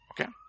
Okay